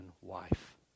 wife